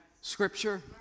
scripture